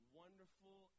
wonderful